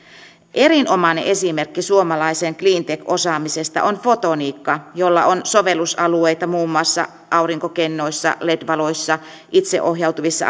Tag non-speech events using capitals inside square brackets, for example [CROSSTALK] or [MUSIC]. erinomainen esimerkki suomalaisesta cleantech osaamisesta on fotoniikka jolla on sovellusalueita muun muassa aurinkokennoissa led valoissa itseohjautuvissa [UNINTELLIGIBLE]